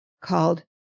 called